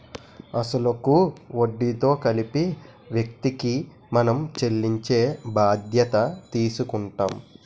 అసలు కు వడ్డీతో కలిపి వ్యక్తికి మనం చెల్లించే బాధ్యత తీసుకుంటాం